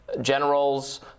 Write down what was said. generals